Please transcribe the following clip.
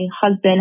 husband